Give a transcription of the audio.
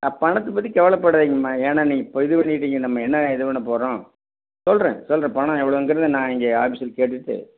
பணத்தைப் பற்றி கவலைப்படாதீங்கம்மா ஏன்னா நீங்கள் இது பண்ணிட்டீங்க நம்ம என்ன இது பண்ண போகறோம் சொல்றேன் சொல்றேன் பணம் எவ்வளோங்கிறது நான் இங்கே ஆஃபீஸில் கேட்டுவிட்டு